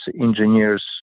engineers